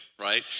right